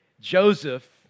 Joseph